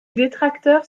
détracteurs